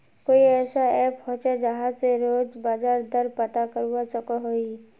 कोई ऐसा ऐप होचे जहा से रोज बाजार दर पता करवा सकोहो ही?